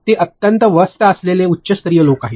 ते अत्यंत व्यस्त असलेले बरेच उच्चस्तरीय लोक आहेत